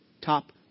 Top